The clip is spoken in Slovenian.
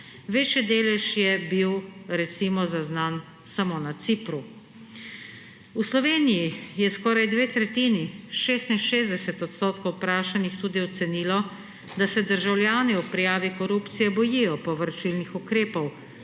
Večji delež je bil recimo zaznan samo na Cipru. V Sloveniji je skoraj dve tretjini, 66 % vprašanih tudi ocenilo, da se državljani ob prijavi korupcije bojijo povračilnih ukrepov,